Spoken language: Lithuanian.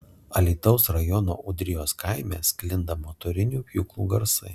alytaus rajono ūdrijos kaime sklinda motorinių pjūklų garsai